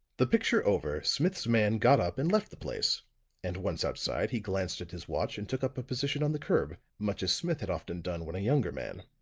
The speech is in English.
the picture over, smith's man got up and left the place and once outside he glanced at his watch and took up a position on the curb, much as smith had often done when a younger man.